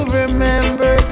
remember